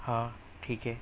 ہاں ٹھیک ہے